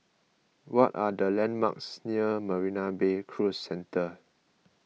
what are the landmarks near Marina Bay Cruise Centre